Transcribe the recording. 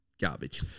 garbage